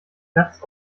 platzt